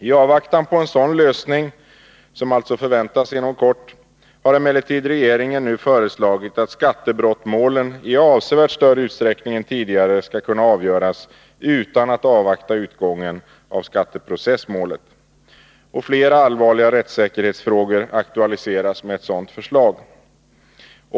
I avvaktan på en sådan lösning har regeringen emellertid nu föreslagit att skattebrottmålen i avsevärt större utsträckning än tidigare skall kunna avgöras utan att utgången av skatteprocessmålen avvaktas. Flera allvarliga rättssäkerhetsfrågor aktualiseras med ett sådant förslag.